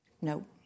No